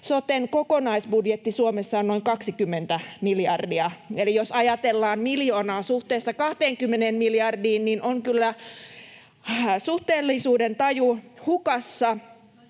soten kokonaisbudjetti Suomessa on noin 20 miljardia? Eli jos ajatellaan miljoonaa suhteessa 20 miljardiin, niin on kyllä suhteellisuudentaju hukassa.